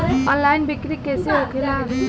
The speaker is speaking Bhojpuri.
ऑनलाइन बिक्री कैसे होखेला?